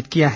दिया है